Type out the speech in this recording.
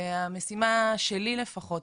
והמשימה שלי לפחות,